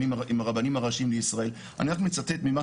לקטינים,